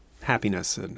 happiness